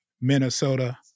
Minnesota